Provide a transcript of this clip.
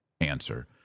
answer